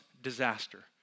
Disaster